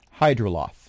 Hydroloth